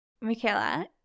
Michaela